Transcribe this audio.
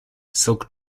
silk